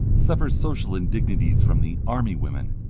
suffer social indignities from the army woman,